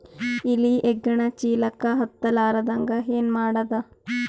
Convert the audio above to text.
ಇಲಿ ಹೆಗ್ಗಣ ಚೀಲಕ್ಕ ಹತ್ತ ಲಾರದಂಗ ಏನ ಮಾಡದ?